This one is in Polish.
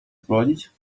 odprowadzić